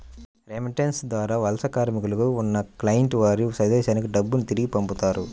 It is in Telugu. రెమిటెన్స్ ద్వారా వలస కార్మికులుగా ఉన్న క్లయింట్లు వారి స్వదేశానికి డబ్బును తిరిగి పంపుతారు